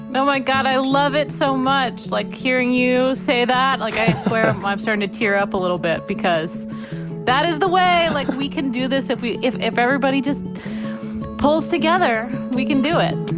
and oh, my god. i love it so much. like hearing you say that. like, i swear i'm starting to tear up a little bit because that is the way. like we can do this if we if if everybody just pulls together, we can do it